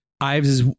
Ives